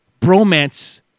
bromance